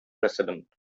president